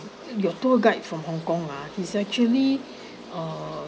your tour guide from hong kong ah he's actually uh